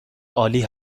عالی